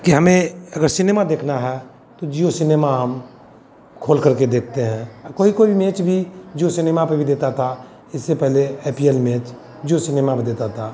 कि हमें अगर सिनेमा देखना है तो जिओ सिनेमा हम खोलकर के देखते हैं अ कोई कोई मेच भी जिओ सिनेमा पर भी देता था इससे पहले I P L match Jio cinema पर देता है